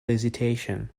hesitation